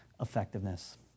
effectiveness